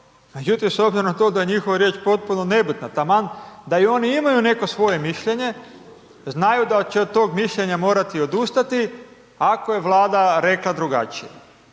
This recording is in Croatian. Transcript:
međutim, s obzirom na to da je njihova riječ potpuno nebitna, taman da i oni imaju neko svoje mišljenje, znaju da će od tog mišljenja morati odustati ako je Vlada rekla drugačije,